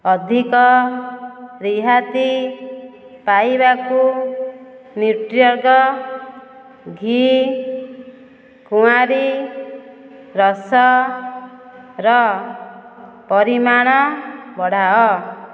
ଅଧିକ ରିହାତି ପାଇବାକୁ ନ୍ୟୁଟ୍ରିଅର୍ଗ ଘି କୁଆଁରୀ ରସର ପରିମାଣ ବଢ଼ାଅ